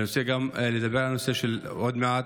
אני רוצה לדבר גם על הנושא, עוד מעט,